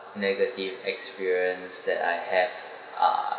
negative experience that I have uh